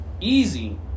Easy